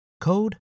code